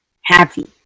Happy